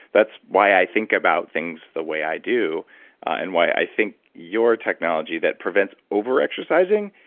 that's why i think about things the way i do and why i think your technology that prevents over exercising,